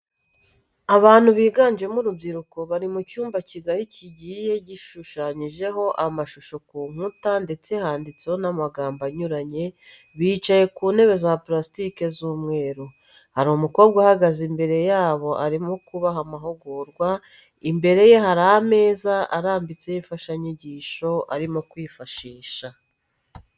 Abantu biganjemo urubyiruko bari mu cyumba kigari kigiye gishushanyijeho amashusho ku nkuta ndetse handitseho n'amagambo anyuranye bicaye ku ntebe za purasitiki z'umweru, hari umukobwa uhagaze imbere yabo arimo kubaha amahugurwa, imbere ye hari ameza arambitseho imfashanyigisho arimo kwifashisha.